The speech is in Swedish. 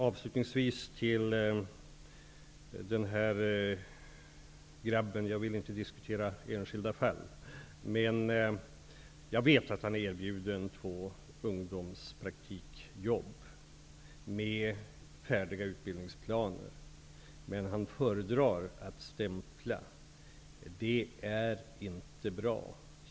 Avslutningsvis: Jag vill inte diskutera enskilda fall, men jag vet att den grabb som det här gällde blev erbjuden två ungdomspraktiksjobb med färdiga utbildningsplaner. Han föredrar att stämpla. Det är inte bra.